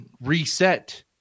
reset